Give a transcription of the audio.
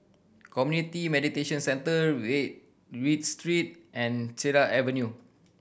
Community Mediation Centre Read Street and Cedar Avenue